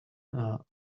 our